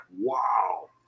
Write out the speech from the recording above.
wow